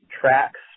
tracks